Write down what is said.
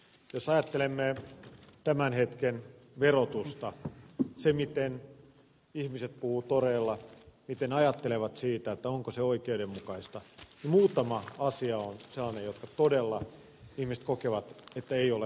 jos ajattelemme tämän hetken verotusta sitä miten ihmiset puhuvat toreilla miten ajattelevat siitä onko se oikeudenmukaista niin muutama asia on sellainen josta ihmiset todella kokevat että se ei ole oikein